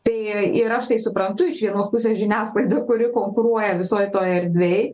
tai ir aš tai suprantu iš vienos pusės žiniasklaida kuri konkuruoja visoj toj erdvėj